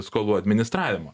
skolų administravimo